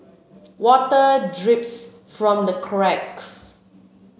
water drips from the cracks